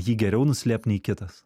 jį geriau nuslėpt nei kitas